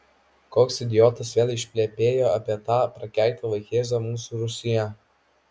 koks idiotas vėl išplepėjo apie tą prakeiktą vaikėzą mūsų rūsyje